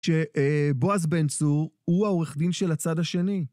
שבועז בן צור הוא העורך דין של הצד השני.